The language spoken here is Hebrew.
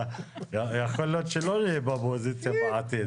יכול להיות שלא נהיה באופוזיציה בעתיד.